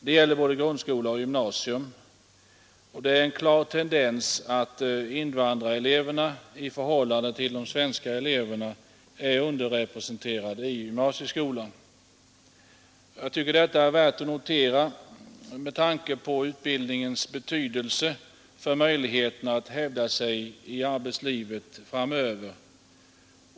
Det gäller både grundskola och gymnasium. Det finns en klar tendens att invandrareleverna i förhållande till de svenska eleverna är underrepresenterade i gymnasieskolan. Detta tycker jag är värt att notera med tanke på utbildningens betydelse för möjligheterna att hävda sig i arbetslivet.